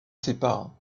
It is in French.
sépare